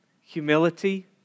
humility